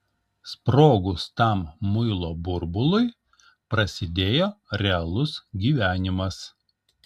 sprogus tam muilo burbului prasidėjo realus gyvenimas